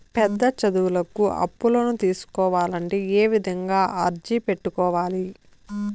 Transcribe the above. పెద్ద చదువులకు అప్పులను తీసుకోవాలంటే ఏ విధంగా అర్జీ పెట్టుకోవాలి?